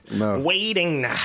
waiting